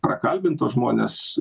prakalbint tuos žmones